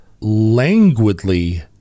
languidly